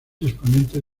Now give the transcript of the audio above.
exponentes